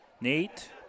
Nate